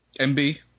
MB